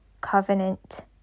covenant